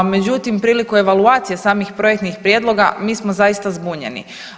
Međutim, prilikom evaluacije samih projektnih prijedloga mi smo zaista zbunjeni.